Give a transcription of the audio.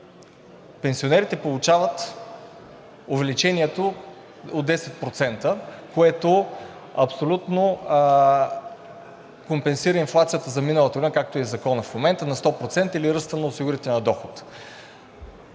пенсионерите получават увеличението от 10%, което абсолютно компенсира инфлацията за миналата година, както е и в Закона в момента на 100% или ръста на осигурителния доход.